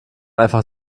einfach